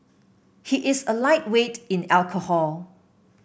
he is a lightweight in alcohol